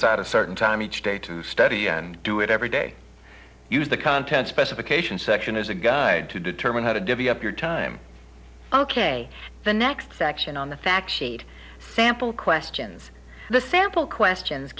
out a certain time each day to study and do it every day use the content specifications section as a guide to determine how to divvy up your time ok the next section on the fact sheet sample questions the sample questions